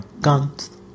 guns